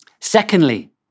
Secondly